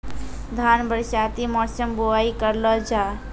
धान बरसाती मौसम बुवाई करलो जा?